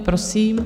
Prosím.